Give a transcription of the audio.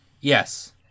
Yes